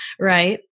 right